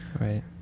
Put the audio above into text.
right